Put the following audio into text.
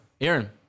Aaron